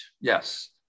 Yes